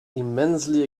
immensely